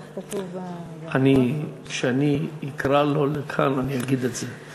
כך כתוב, כשאני אקרא לו לכאן, אני אגיד את זה.